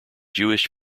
jewish